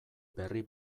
berri